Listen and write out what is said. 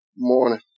morning